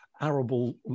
arable